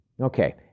okay